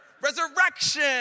Resurrection